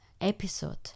episode